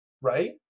Right